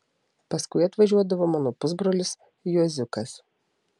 paskui atvažiuodavo mano pusbrolis juoziukas